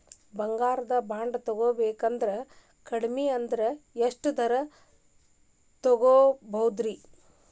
ಬಂಗಾರ ಬಾಂಡ್ ತೊಗೋಬೇಕಂದ್ರ ಕಡಮಿ ಅಂದ್ರ ಎಷ್ಟರದ್ ತೊಗೊಬೋದ್ರಿ?